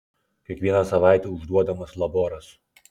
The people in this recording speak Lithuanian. kiekvieną savaitę užduodamas laboras